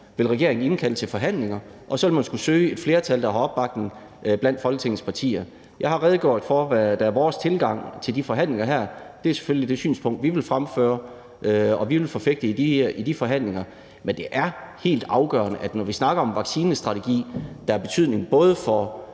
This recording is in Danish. vil indkalde til forhandlinger, og så vil man skulle søge et flertal blandt Folketingets partier. Jeg har redegjort for, hvad vores tilgang til de her forhandlinger er, og det er selvfølgelig det synspunkt, vi vil fremføre, og som vi vil forfægte i de forhandlinger. Men det er helt afgørende, når vi snakker om en vaccinestrategi, der både har betydning for